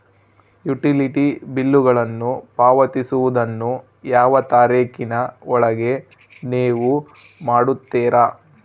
Utility ಬಿಲ್ಲುಗಳನ್ನು ಪಾವತಿಸುವದನ್ನು ಯಾವ ತಾರೇಖಿನ ಒಳಗೆ ನೇವು ಮಾಡುತ್ತೇರಾ?